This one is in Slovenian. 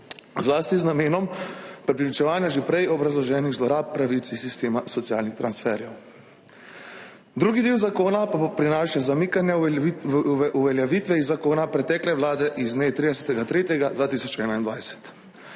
zlasti z namenom prepričevanja že prej obrazloženih zlorab pravic iz sistema socialnih transferjev. Drugi del zakona pa prinaša zamikanje uveljavitve iz zakona pretekle vlade z dne 30.